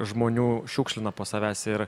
žmonių šiukšlina po savęs ir